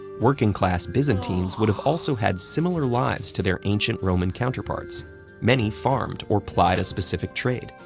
working-class byzantines would've also had similar lives to their ancient roman counterparts many farmed or plied a specific trade,